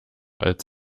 als